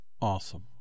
awesome